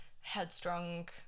headstrong